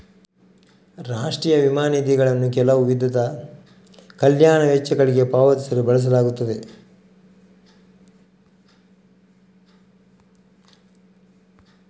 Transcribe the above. ರಾಷ್ಟ್ರೀಯ ವಿಮಾ ನಿಧಿಗಳನ್ನು ಕೆಲವು ವಿಧದ ಕಲ್ಯಾಣ ವೆಚ್ಚಗಳಿಗೆ ಪಾವತಿಸಲು ಬಳಸಲಾಗುತ್ತದೆ